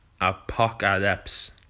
apocalypse